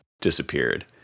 disappeared